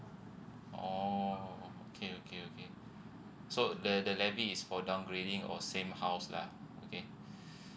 oh okay okay okay so the the levy is for downgrading on same house lah okay